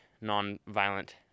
non-violent